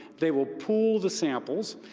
they will pool the samples.